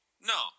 No